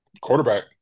quarterback